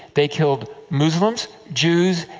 they killed muslims, jews,